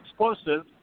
explosive